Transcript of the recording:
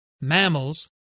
mammals